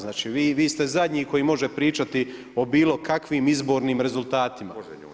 Znači vi ste zadnji koji može pričati o bilo kakvim izbornim rezultatima.